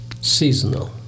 Seasonal